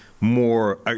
more